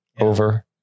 over